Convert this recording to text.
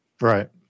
Right